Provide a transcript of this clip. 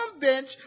bench